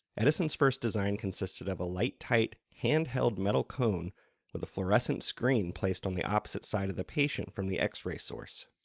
edison's first design consisted of a light-tight, hand-held metal cone with a fluorescent screen placed on the opposite side of the patient from the x-ray source.